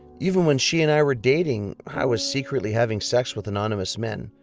even when she and i were dating, i was secretly having sex with anonymous men.